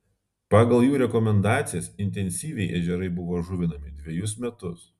pagal jų rekomendacijas intensyviai ežerai buvo žuvinami dvejus metus